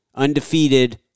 Undefeated